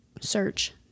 search